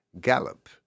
Gallop